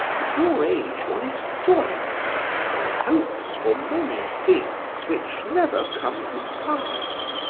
at your age one is joyous one hopes for many things which never come to pass.